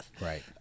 Right